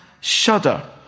shudder